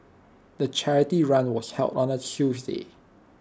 the charity run was held on A Tuesday